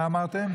מה אמרתם?